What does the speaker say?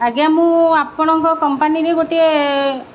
ଆଜ୍ଞା ମୁଁ ଆପଣଙ୍କ କମ୍ପାନୀରେ ଗୋଟିଏ